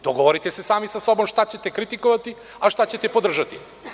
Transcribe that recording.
Dogovorite se sami sa sobom šta ćete kritikovati, a šta ćete podržati.